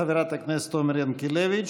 חברת הכנסת עומר ינקלביץ',